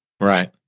Right